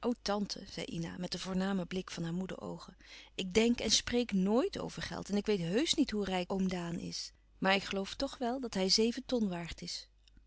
o tante zei ina met een voornamen blik van haar moede oogen ik denk en spreek noit over geld en ik weet heusch niet hoe rijk oom daan is maar ik geloof toch wel dat hij zeven ton louis